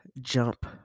jump